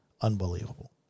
Unbelievable